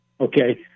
okay